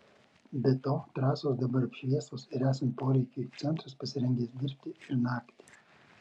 be to trasos dabar apšviestos ir esant poreikiui centras pasirengęs dirbti ir naktį